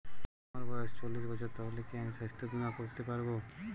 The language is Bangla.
আমার বয়স চল্লিশ বছর তাহলে কি আমি সাস্থ্য বীমা করতে পারবো?